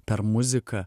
per muziką